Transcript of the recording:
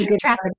traffic